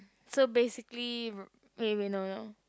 so basically wait wait no no